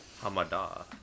Hamada